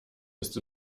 ist